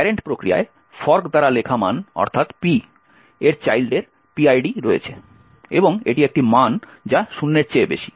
parent প্রক্রিয়ায় fork দ্বারা লেখা মান অর্থাৎ P এর চাইল্ডের PID রয়েছে এবং এটি একটি মান যা শূন্যের চেয়ে বেশি